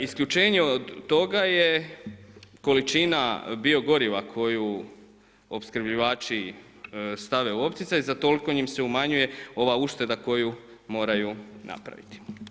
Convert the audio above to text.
Isključenje od toga je količina bio goriva, koju opskrbljivači stave u opticaj, za toliko im se umanjuje ova ušteda koju moraju napraviti.